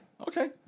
Okay